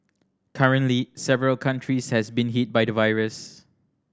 currently several countries has been hit by the virus